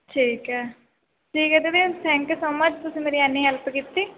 ਠੀਕ ਹੈ ਠੀਕ ਹੈ ਦੀਦੀ ਥੈਂਕ ਯੂ ਸੋ ਮਚ ਤੁਸੀਂ ਮੇਰੀ ਇੰਨੀ ਹੈਲਪ ਕੀਤੀ